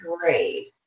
great